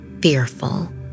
fearful